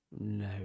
no